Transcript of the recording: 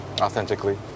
authentically